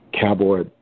Cowboy